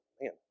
man